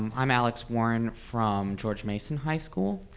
um i'm alex warren from george mason high school.